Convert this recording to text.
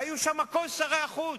והיו שם כל שרי החוץ,